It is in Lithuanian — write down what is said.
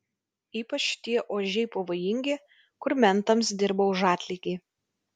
ypač tie ožiai pavojingi kur mentams dirba už atlygį